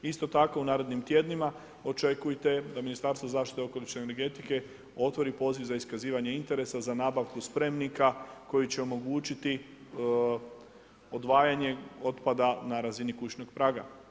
Isto tako u narednim tjednima očekujte da Ministarstvo zaštite okoliša i energetike otvori poziv za iskazivanje interesa za nabavku spremnika koji će omogućiti odvajanje otpada na razini kućnog praga.